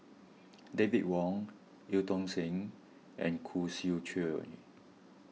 David Wong Eu Tong Sen and Khoo Swee Chiow